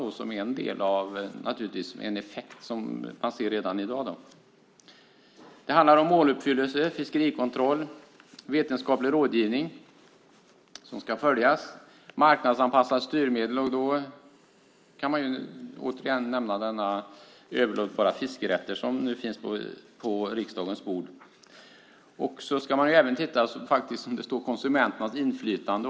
Det handlar också om måluppfyllelse, fiskerikontroll, vetenskaplig rådgivning som ska följas samt marknadsanpassade styrmedel. Här kan vi återigen nämna frågan om de överlåtbara fiskerätterna som nu finns på riksdagens bord. Man ska även titta på, som det sägs, konsumenternas inflytande.